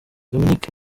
dominic